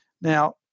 Now